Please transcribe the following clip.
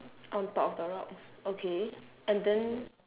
on top of the rocks okay and then